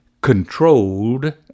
controlled